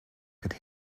could